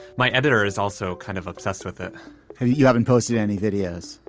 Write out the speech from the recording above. my editor is also kind of obsessed with it. and you haven't posted any videos?